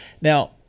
Now